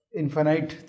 infinite